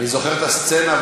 אני זוכר את הסצנה,